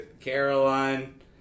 Caroline